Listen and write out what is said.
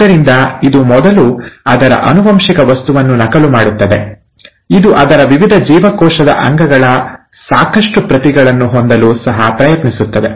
ಆದ್ದರಿಂದ ಇದು ಮೊದಲು ಅದರ ಆನುವಂಶಿಕ ವಸ್ತುವನ್ನು ನಕಲು ಮಾಡುತ್ತದೆ ಇದು ಅದರ ವಿವಿಧ ಜೀವಕೋಶದ ಅಂಗಗಳ ಸಾಕಷ್ಟು ಪ್ರತಿಗಳನ್ನು ಹೊಂದಲು ಸಹ ಪ್ರಯತ್ನಿಸುತ್ತದೆ